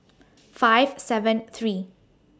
five seven three